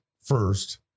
first